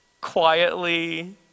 Quietly